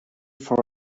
for